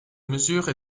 mesure